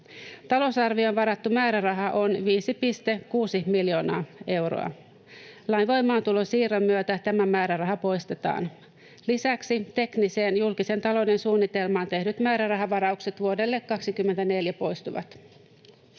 Talousarvioon varattu määräraha on 5,6 miljoonaa euroa. Lain voimaantulon siirron myötä tämä määräraha poistetaan. Lisäksi tekniseen julkisen talouden suunnitelmaan tehdyt määrärahavaraukset vuodelle 2024 poistuvat.